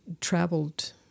traveled